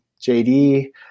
JD